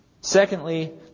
Secondly